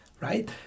right